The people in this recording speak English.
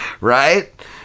Right